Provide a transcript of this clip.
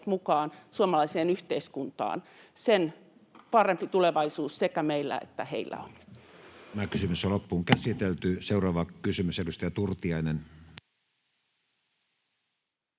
mukaan suomalaiseen yhteiskuntaan, sen parempi tulevaisuus sekä meillä että heillä on.